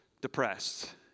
depressed